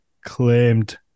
claimed